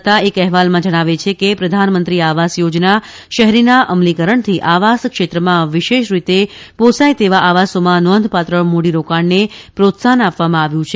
અમારા સંવાદદાતા એક અહેવાલમાં જણાવે છે કે પ્રધાનમંત્રી આવાસ યોજના શહેરીના અમલીકરણથી આવાસક્ષેત્રમાં વિશેષ રીતે પોષાય તેવા આવાસોમાં નોંધપાત્ર મૂડીરોકાણને પ્રોત્સાહન આપવામાં આવ્યું છે